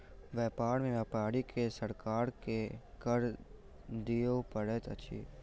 व्यापार में व्यापारी के सरकार के कर दिअ पड़ैत अछि